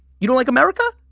you don't like america?